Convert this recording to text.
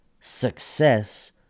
success